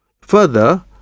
further